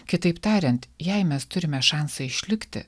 kitaip tariant jei mes turime šansą išlikti